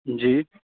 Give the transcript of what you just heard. जी